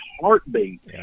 heartbeat